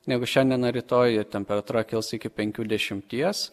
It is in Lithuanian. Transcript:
negu šiandien ar rytoj temperatūra kils iki penkių dešimties